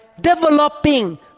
developing